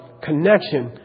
connection